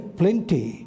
plenty